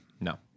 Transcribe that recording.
No